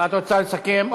את רוצה לסכם?